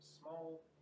small